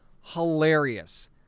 hilarious